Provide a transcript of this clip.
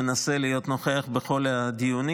מנסה להיות נוכח בכל הדיונים.